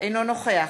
אינו נוכח